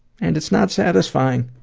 and it's not satisfying.